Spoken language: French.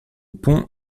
pont